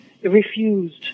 Refused